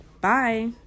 Bye